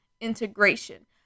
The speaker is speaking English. integration